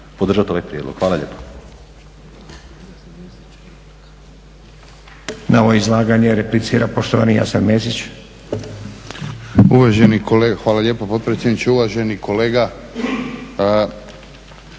podržat ovaj prijedlog. Hvala lijepa.